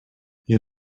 you